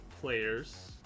players